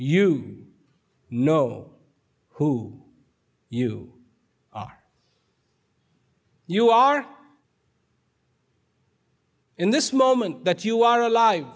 you know who you are you are in this moment that you are alive